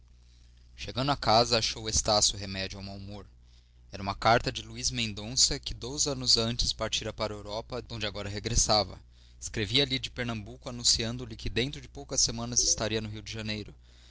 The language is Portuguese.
chegando à casa achou estácio remédio ao mau humor era uma carta de luís mendonça que dois anos antes partira para a europa donde agora regressava escrevia-lhe de pernambuco anunciando-lhe que dentro de poucas semanas estaria no rio de janeiro